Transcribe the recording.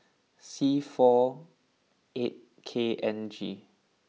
C four eight K N G